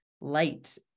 light